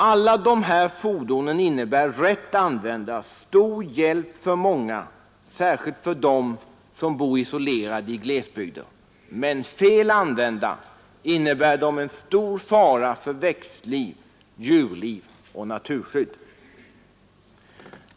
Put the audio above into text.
Alla de här fordonen innebär rätt använda stor hjälp för många, särskilt för dem som bor isolerade i glesbygder, men fel använda innebär de en stor fara för växtliv, djurliv och naturskydd.